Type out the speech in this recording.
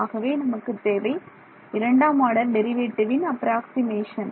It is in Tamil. ஆகவே நமக்குத் தேவை இரண்டாம் ஆர்டர் டெரிவேட்டிவ் இன் அப்ராக்ஸிமேஷன்